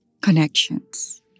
connections